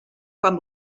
quan